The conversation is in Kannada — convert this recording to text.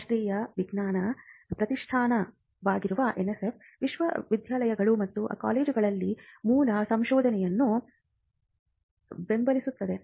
ರಾಷ್ಟ್ರೀಯ ವಿಜ್ಞಾನ ಪ್ರತಿಷ್ಠಾನವಾಗಿರುವ NSF ವಿಶ್ವವಿದ್ಯಾಲಯಗಳು ಮತ್ತು ಕಾಲೇಜುಗಳಲ್ಲಿ ಮೂಲ ಸಂಶೋಧನೆಯನ್ನು ಬೆಂಬಲಿಸುತ್ತದೆ